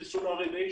חיסון רנ"א,